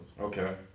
Okay